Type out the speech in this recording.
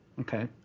okay